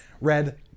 Red